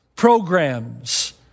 programs